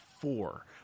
four